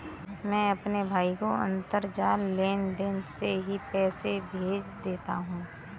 मैं अपने भाई को अंतरजाल लेनदेन से ही पैसे भेज देता हूं